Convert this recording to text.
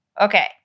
Okay